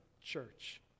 church